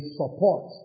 support